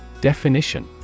Definition